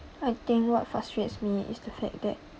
I think what frustrates me is the fact that